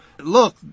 Look